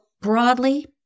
broadly